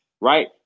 right